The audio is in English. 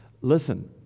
Listen